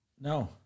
No